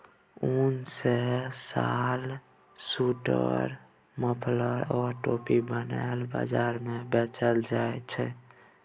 उन सँ साल, स्वेटर, मफलर आ टोपी बनाए बजार मे बेचल जाइ छै